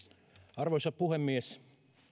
arvoisa puhemies